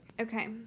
Okay